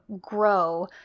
grow